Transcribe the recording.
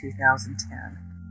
2010